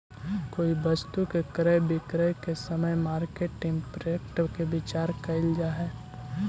कोई वस्तु के क्रय विक्रय के समय मार्केट इंपैक्ट के विचार कईल जा है